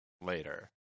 later